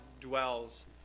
dwells